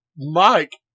Mike